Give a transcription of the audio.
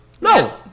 no